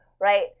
right